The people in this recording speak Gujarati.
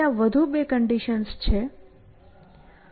ત્યાં વધુ બે કન્ડિશન્સ છે